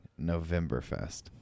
Novemberfest